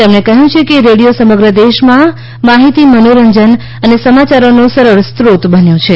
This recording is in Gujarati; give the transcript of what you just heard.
તેમણે કહ્યું છે કે રેડિયો સમગ્ર દેશમાં માહિતી મનોરંજન અને સમાયારોનો સરળ સ્રોત બન્યો છે